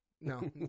No